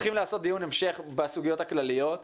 צריכים לעשות דיון המשך בסוגיות הכלליות.